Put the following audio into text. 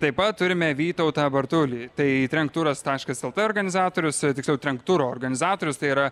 taip pat turime vytautą bartulį tai trenkturas taškas lt organizatorius tiksliau trenkturo organizatorius tai yra